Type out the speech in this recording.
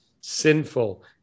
sinful